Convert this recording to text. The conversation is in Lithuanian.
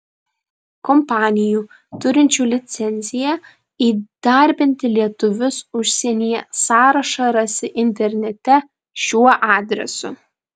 kompanijų turinčių licenciją įdarbinti lietuvius užsienyje sąrašą rasi internete šiuo adresu